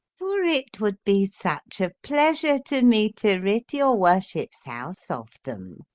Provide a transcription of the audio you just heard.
for it would be such a pleasure to me to rid your worships' house of them.